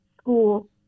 school